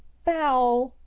foul!